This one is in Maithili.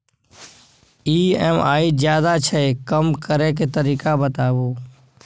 ई.एम.आई ज्यादा छै कम करै के तरीका बताबू?